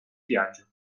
viaggio